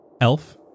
elf